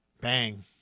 Bang